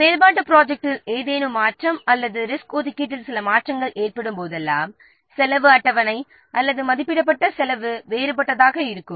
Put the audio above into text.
எனவே செயல்பாட்டுத் ப்ராஜெக்ட்டில் ஏதேனும் மாற்றம் அல்லது ரிசோர்ஸ் ஒதுக்கீட்டில் சில மாற்றங்கள் ஏற்படும் போதெல்லாம் செலவு அட்டவணை அல்லது மதிப்பிடப்பட்ட செலவு வேறுபட்டதாக இருக்கும்